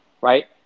right